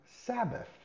Sabbath